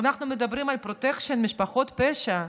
אנחנו מדברים על פרוטקשן משפחות פשע,